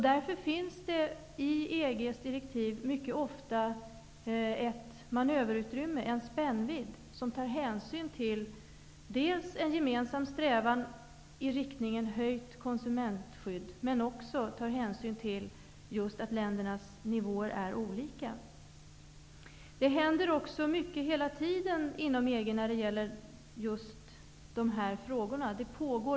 Därför finns i EG:s direktiv mycket ofta ett manöverutrymme, en spännvidd, som tar hänsyn till dels en gemensam strävan mot ett förbättrat konsumentskydd, dels det faktum att nivåerna i EG-länderna är olika. Det händer också hela tiden mycket inom EG när det gäller de här frågorna.